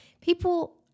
people